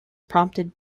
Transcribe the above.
prompted